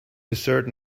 desert